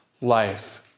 life